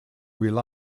rely